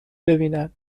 ببینن